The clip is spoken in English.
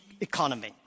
economy